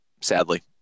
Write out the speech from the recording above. sadly